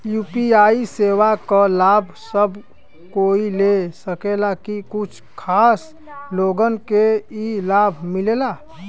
UPI सेवा क लाभ सब कोई ले सकेला की कुछ खास लोगन के ई लाभ मिलेला?